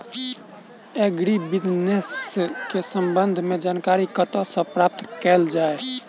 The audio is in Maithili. एग्री बिजनेस केँ संबंध मे जानकारी कतह सऽ प्राप्त कैल जाए?